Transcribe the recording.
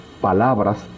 palabras